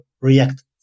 react